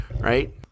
right